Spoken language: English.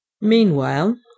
Meanwhile